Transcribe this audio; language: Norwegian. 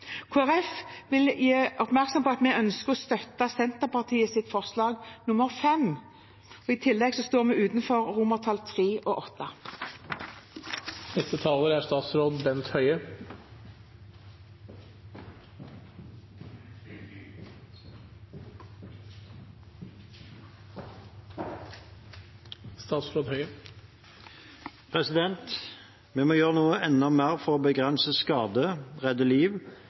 Folkeparti vil gjøre oppmerksom på at vi ønsker å støtte Senterpartiets forslag, nr. 5. I tillegg står vi utenfor III og VIII. Vi må nå gjøre enda mer for å begrense skade, redde liv